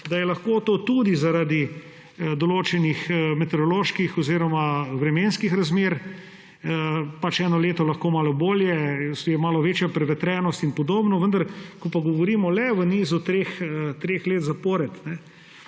da je lahko to tudi zaradi določenih meteoroloških oziroma vremenskih razmer, pač eno leto je lahko malo bolje, je malo večja prevetrenost in podobno. Vendar ko pa govorimo le v nizu treh let zapored,